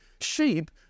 sheep